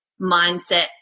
mindset